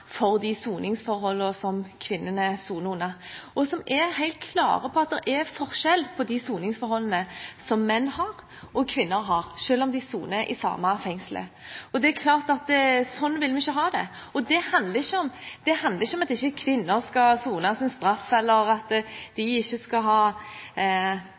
under, og som er helt klare på at det er forskjell på soningsforholdene for menn og kvinner, selv om de soner i samme fengsel. Det er klart at sånn vil vi ikke ha det. Det handler ikke om at kvinner ikke skal sone sin straff, eller at